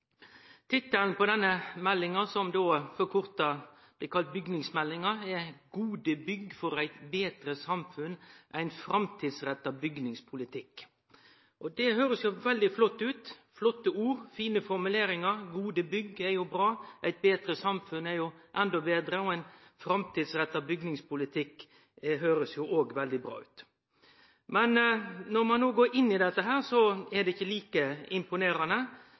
– Ein framtidsretta bygningspolitikk. Det høyrest veldig flott ut, det er flotte ord og fine formuleringar. Gode bygg er bra, eit betre samfunn er endå betre, og ein framtidsretta bygningspolitikk høyrest òg veldig bra ut. Men når ein går inn i dette, er det ikkje like imponerande